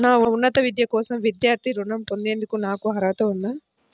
నా ఉన్నత విద్య కోసం విద్యార్థి రుణం పొందేందుకు నాకు అర్హత ఉందా?